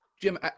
Jim